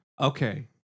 okay